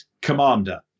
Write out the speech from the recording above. Commander